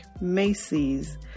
Macy's